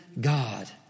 God